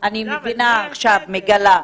של 2011, אני מגלה זאת עכשיו.